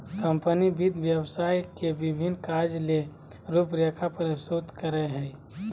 company वित्त व्यवसाय के विभिन्न कार्य ले रूपरेखा प्रस्तुत करय हइ